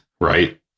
right